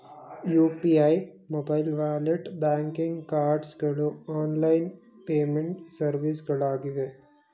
UPI, mobile wallet, banking cards ಗಳು online payment ಸರ್ವಿಸ್ಗಳಾಗಿವೆ